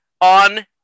on